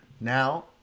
Now